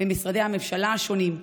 במשרדי הממשלה השונים,